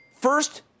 First